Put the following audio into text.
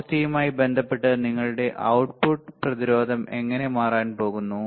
ആവൃത്തിയുമായി ബന്ധപ്പെട്ട് നിങ്ങളുടെ output പ്രതിരോധം എങ്ങനെ മാറാൻ പോകുന്നു